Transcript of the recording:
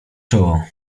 czoło